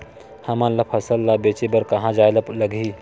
हमन ला फसल ला बेचे बर कहां जाये ला लगही?